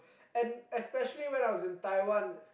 and especially when I was in Taiwan